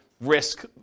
risk